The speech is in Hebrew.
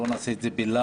שלא נעשה את זה בלחץ